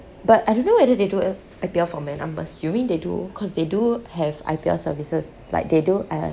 but I don't know whether they do L I_P_L for men I'm assuming they do cause they do have I_P_L services like they do uh